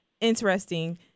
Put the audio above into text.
interesting